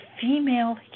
female